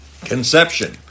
conception